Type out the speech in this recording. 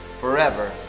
forever